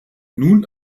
nun